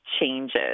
changes